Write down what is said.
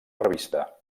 revista